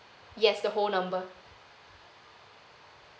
yes the whole number